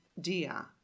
dia